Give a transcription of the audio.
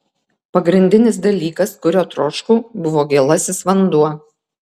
pagrindinis dalykas kurio troškau buvo gėlasis vanduo